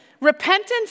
repentance